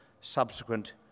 subsequent